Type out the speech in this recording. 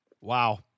Wow